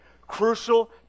crucial